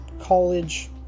college